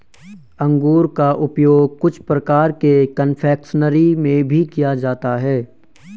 अंगूर का उपयोग कुछ प्रकार के कन्फेक्शनरी में भी किया जाता है